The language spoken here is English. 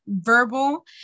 verbal